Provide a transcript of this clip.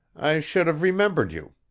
i should have remembered you.